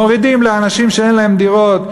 ומורידים לאנשים שאין להם דירות,